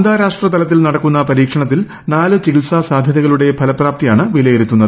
അന്താരാഷ്ട്ര തലത്തിൽ നടക്കുന്ന പരീക്ഷണത്തിൽ നാല് ചികിത്സ സാധൃതകളുടെ ഫലപ്രാപ്തിയാണ് വിലയിരുത്തുന്നത്